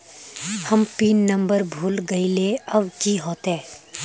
हम PIN number भूल गलिऐ अब की होते?